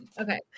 okay